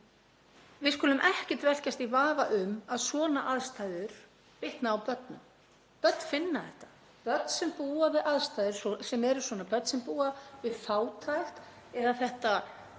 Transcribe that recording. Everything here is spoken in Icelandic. Við skulum ekkert að velkjast í vafa um að svona aðstæður bitna á börnum. Börn finna þetta, börn sem búa við aðstæður sem eru svona; börn sem búa við fátækt og þetta